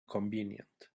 convenient